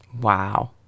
Wow